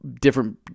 different